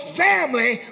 family